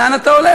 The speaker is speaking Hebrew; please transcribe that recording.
לאן אתה הולך.